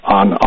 on